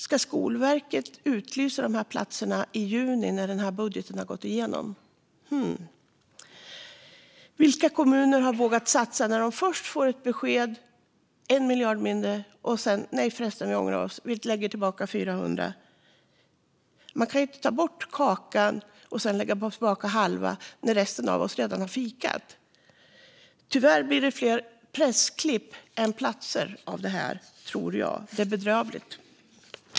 Ska skolverket utlysa dessa platser i juni, när budgeten har gått igenom? Vilka kommuner har vågat satsa när de först fått besked om 1 miljard mindre och man sedan säger "nej förresten, vi ångrade oss" och lägger tillbaka 400 miljoner? Man kan inte ta bort kakan och sedan lägga tillbaka halva när resten av oss redan har fikat. Tyvärr blir det fler pressklipp än platser av det här, tror jag. Det är bedrövligt.